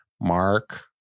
mark